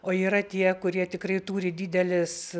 o yra tie kurie tikrai turi didelis